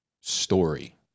story